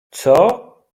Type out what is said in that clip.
coo